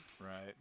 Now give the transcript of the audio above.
Right